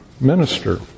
minister